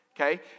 Okay